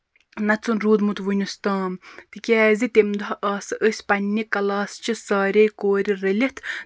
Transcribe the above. نَژُن روٗدمُت ؤنیُستام تِکیٛازِ تَمہِ دۄہ آسہٕ أسۍ پَنٕنہِ کَلاسہٕ چہِ ساریٚے کورِ رٔلِتھ